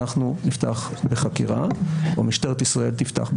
אנחנו נפתח בחקירה או משטרת ישראל תפתח בחקירה.